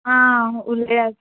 आं उलयात